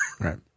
right